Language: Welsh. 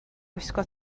gwisgo